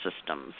systems